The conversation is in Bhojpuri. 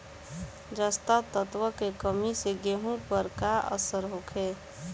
जस्ता तत्व के कमी से गेंहू पर का असर होखे?